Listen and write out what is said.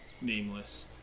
nameless